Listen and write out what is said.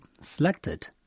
selected